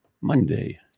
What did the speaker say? monday